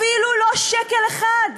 אפילו לא שקל אחד.